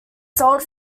sold